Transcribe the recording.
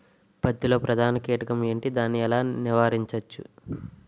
పత్తి లో ప్రధాన కీటకం ఎంటి? దాని ఎలా నీవారించచ్చు?